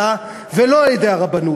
אצלי,